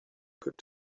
could